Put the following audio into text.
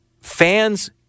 Fans